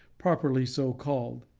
properly so called.